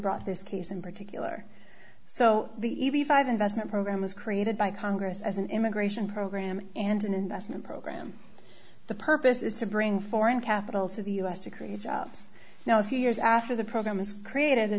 brought this case in particular so the e p five investment program was created by congress as an immigration program and an investment program the purpose is to bring foreign capital to the u s to create jobs now a few years after the program was created a